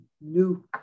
new